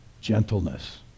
gentleness